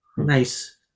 Nice